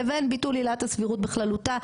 לבין ביטול עילת הסבירות בכללותה,